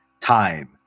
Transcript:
time